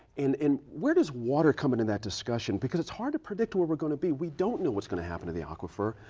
and where does water come into that discussion? because it's hard to predict where we're going to be. we don't know what's going to happen to the aquifer.